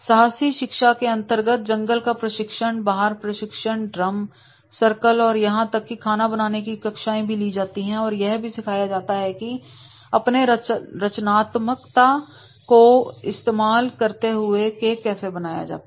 साहसी शिक्षा के अंतर्गत जंगल का प्रशिक्षण बाहर प्रशिक्षण ड्रम सर्कल और यहां तक की खाना बनाने की कक्षाएं भी ली जाती है और यह भी सिखाया जाता है की अपने रचनात्मकता को इस्तेमाल करते हुए केक कैसे बनाया जाता है